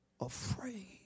afraid